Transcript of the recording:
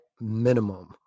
minimum